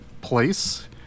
place